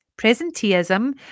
presenteeism